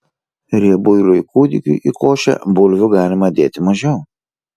riebuiliui kūdikiui į košę bulvių galima dėti mažiau